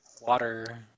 water